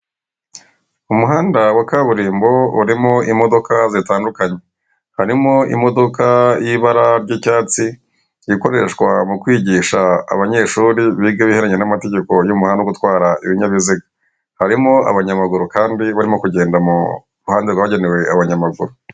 Umuhanda wa kaburimbo urimo imodoka zitandukanye, harimo imodoka y'ibara ry'icyatsi ikoreshwa mu kwigisha abanyeshuri biga ibihereranye n'amategeko y'umuhanda gutwara ibinyabiziga, harimo abanyamaguru kandi barimo kugenda mu ruhande rwagenewe abanyamaguru.